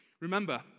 Remember